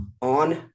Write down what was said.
on